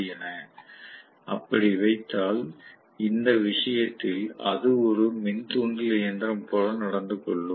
என அப்படி வைத்தால் இந்த விஷயத்தில் அது ஒரு மின் தூண்டல் இயந்திரம் போல நடந்து கொள்ளும்